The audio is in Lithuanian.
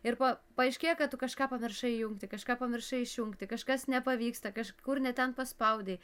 ir po paaiškėja kad tu kažką pamiršai įjungti kažką pamiršai išjungti kažkas nepavyksta kažkur ne ten paspaudei